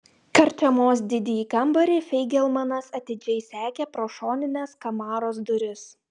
karčiamos didįjį kambarį feigelmanas atidžiai sekė pro šonines kamaros duris